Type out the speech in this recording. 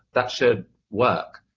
that should work?